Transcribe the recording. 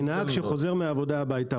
כי נהג שחוזר מעבודה הביתה,